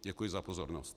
Děkuji za pozornost.